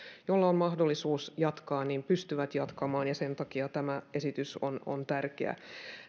mahdollisuus jatkaa pystyvät jatkamaan ja sen takia tämä esitys on on tärkeä